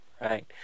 Right